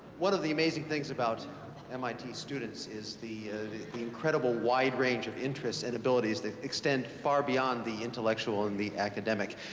one of the amazing things about mit students is the the incredible wide range of interests and abilities that extend far beyond the intellectual and the academic.